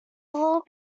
little